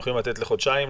הם יכולים לתת לחודשיים,